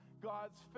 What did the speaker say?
God's